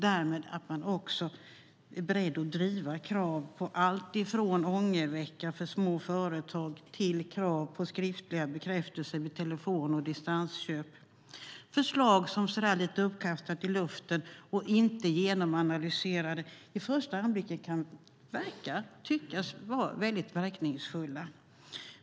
Därmed är man också beredd att driva krav på alltifrån ångervecka för små företag till krav på skriftlig bekräftelse vid telefon och distansköp. Det är förslag som lite så där uppkastat i luften och inte genomanalyserade vid första anblicken kan tyckas vara verkningsfulla.